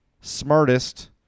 smartest